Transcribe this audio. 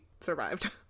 survived